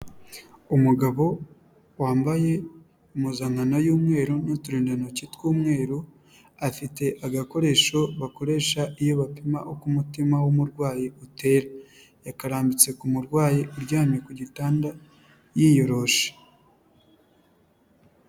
Umugabo wambaye impuzankano y'umweru n'uturindantoki tw'umweru, afite agakoresho bakoresha iyo bapima uko umutima w'umurwayi utera, yakarambitse ku murwayi uryamye ku gitanda yiyoroshe.